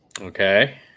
Okay